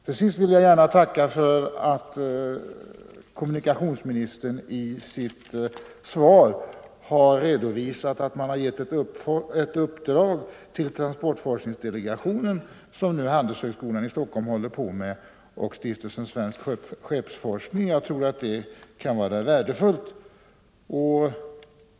Till sist vill jag gärna tacka kommunikationsministern för att han i sitt svar redovisat att man gett ett uppdrag till transportforskningsdelegationen, ett uppdrag som nu handelshögskolan i Stockholm och Stiftelsen Svensk skeppsforskning arbetar med. Jag tror att det kan vara värdefullt.